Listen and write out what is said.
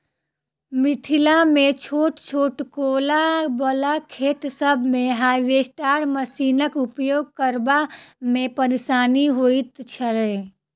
मिथिलामे छोट छोट कोला बला खेत सभ मे हार्वेस्टर मशीनक उपयोग करबा मे परेशानी होइत छै